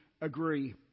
agree